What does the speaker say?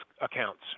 accounts